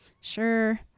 sure